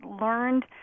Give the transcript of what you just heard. learned